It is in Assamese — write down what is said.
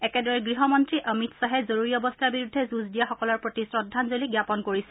একেদৰে গৃহমন্ত্ৰী অমিত খাহে জৰুৰী অৱস্থাৰ বিৰুদ্ধে যুঁজ দিয়াসকলৰ প্ৰতি শ্ৰদ্ধাঞ্জলি জ্ঞাপন কৰিছে